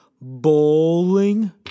bowling